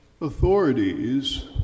authorities